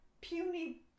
puny